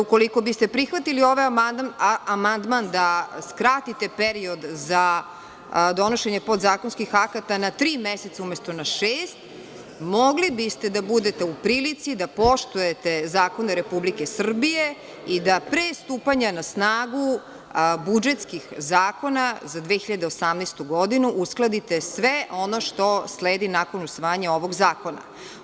Ukoliko biste prihvatili ovaj amandman da skratite period za donošenje podzakonskih akata na tri meseca, umesto na šest, mogli biste da budete u prilici da poštujete zakone Republike Srbije i da pre stupanja na snagu budžetskih zakona za 2018. godinu uskladite sve ono što sledi nakon usvajanja ovog zakona.